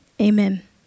Amen